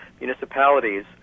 municipalities